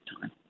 time